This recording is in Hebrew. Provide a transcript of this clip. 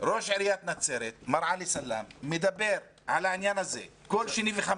ראש עיריית נצרת מר עלי סלאם מדבר על העניין הזה כל הזמן.